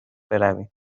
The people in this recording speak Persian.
برویم